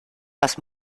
las